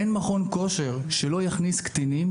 אין מכון כושר שלא יכניס קטינים,